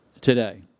today